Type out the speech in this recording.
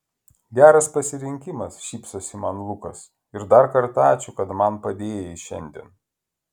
geras pasirinkimas šypsosi man lukas ir dar kartą ačiū kad man padėjai šiandien